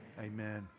amen